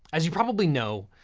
as you probably know,